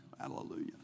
Hallelujah